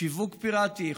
שיווק פיראטי,